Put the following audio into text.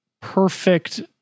perfect